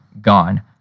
gone